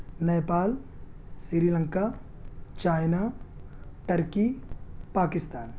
Nepal Sri Lanka China Turkey Pakistan